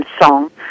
song